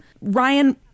Ryan